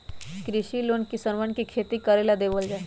कृषि लोन किसनवन के खेती करे ला देवल जा हई